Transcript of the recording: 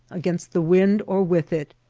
against the wind or with it,